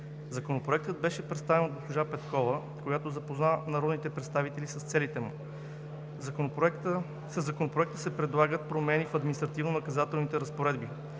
Законопроектът беше представен от госпожа Петкова, която запозна народните представители с целите му. Със Законопроекта се предлагат промени в Административнонаказателните разпоредби,